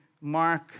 Mark